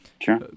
Sure